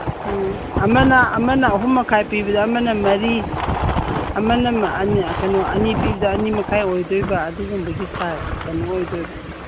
ꯎꯝ ꯑꯃꯅ ꯑꯃꯅ ꯑꯍꯨꯝ ꯃꯈꯥꯏ ꯄꯤꯕꯗ ꯑꯃꯅ ꯃꯔꯤ ꯑꯃꯅ ꯑꯅꯤ ꯄꯤꯕꯗ ꯑꯅꯤ ꯃꯈꯥꯏ ꯑꯣꯏꯗꯣꯏꯕ ꯑꯗꯨꯒꯨꯝꯕꯒꯤ ꯀꯩꯅꯣ ꯑꯣꯏꯗꯣꯏꯕ